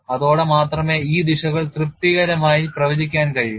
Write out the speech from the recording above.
അതോടെ മാത്രമേ ഈ ദിശകൾ തൃപ്തികരമായി പ്രവചിക്കാൻ കഴിയൂ